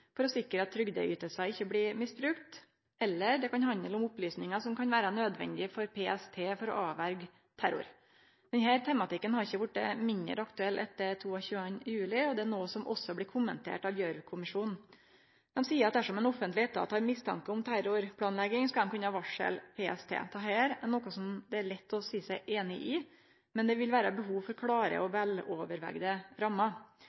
for å sikre at trygdeytingar ikkje blir misbrukte, eller det kan handle om opplysningar som kan vere nødvendige for PST for å hindre terror. Denne tematikken har ikkje vorte mindre aktuell etter 22. juli, og det er noko som òg blir kommentert av Gjørv-kommisjonen. Dei seier at dersom ein offentleg etat har mistanke om terrorplanlegging, skal han kunne varsle PST. Dette er noko som det er lett å si seg einig i. Men det vil vere behov for klare og